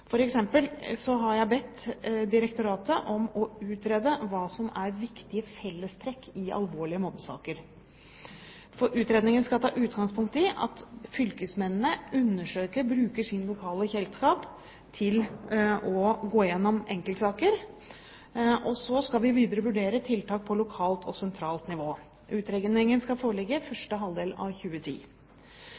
har jeg bedt direktoratet om å utrede hva som er viktige fellestrekk i alvorlige mobbesaker. Utredningen skal ta utgangspunkt i at fylkesmennene undersøker og bruker sin lokale kjennskap til å gå gjennom enkeltsaker. Så skal vi videre vurdere tiltak på lokalt og sentralt nivå. Utredningen skal foreligge i første halvdel av 2010.